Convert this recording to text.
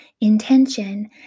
intention